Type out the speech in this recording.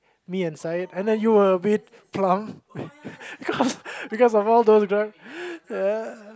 me inside and then you were a bit flunk because because of all those